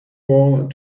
ball